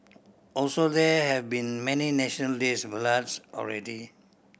also there have been many National Days ballads already